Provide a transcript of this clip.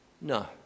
no